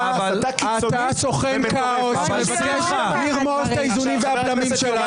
אתה סוכן כאוס שמבקש לרמוס את האיזונים והבלמים שלנו.